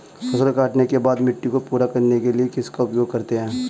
फसल काटने के बाद मिट्टी को पूरा करने के लिए किसका उपयोग करते हैं?